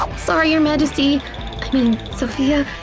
sorry your majesty i mean, sophia,